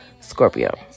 Scorpio